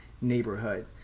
neighborhood